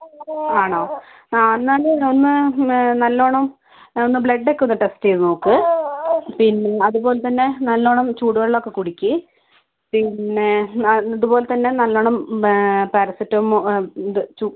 ആണോ ആ എന്നാൽ ഒന്ന് നല്ലോണം ഒന്ന് ബ്ലഡൊക്കെ ഒന്ന് ടെസ്റ്റ് ചെയ്ത് നോക്കുമോ പിന്ന അതുപോലെത്തന്നെ നല്ലോണം ചൂടുവെള്ളമൊക്കെ കുടിക്ക് പിന്നെ അതുപോലെത്തന്നെ നല്ലോണം പാരസെറ്റമോൾ ഇത്